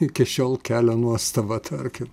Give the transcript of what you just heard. iki šiol kelia nuostabą tarkim